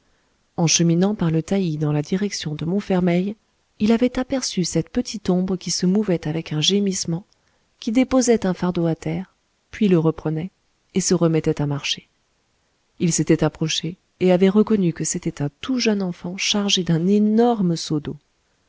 en cheminant par le taillis dans la direction de montfermeil il avait aperçu cette petite ombre qui se mouvait avec un gémissement qui déposait un fardeau à terre puis le reprenait et se remettait à marcher il s'était approché et avait reconnu que c'était un tout jeune enfant chargé d'un énorme seau